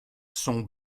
son